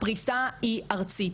הפריסה היא ארצית.